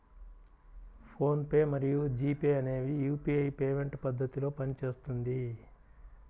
phone pay మరియు G pay అనేవి UPI payment పద్ధతిలో పనిచేస్తుంది